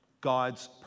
God's